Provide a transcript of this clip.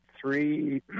three